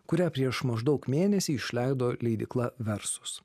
kurią prieš maždaug mėnesį išleido leidykla versus